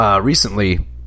Recently